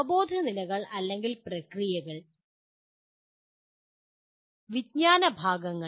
അവബോധ നിലകൾ അല്ലെങ്കിൽ പ്രക്രിയകൾ വിജ്ഞാന വിഭാഗങ്ങൾ